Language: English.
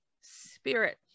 spirit